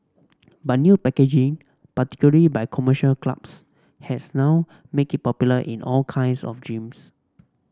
but new packaging particularly by commercial clubs has now make it popular in all kinds of gyms